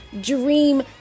dream